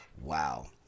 Wow